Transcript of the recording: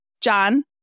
John